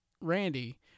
Randy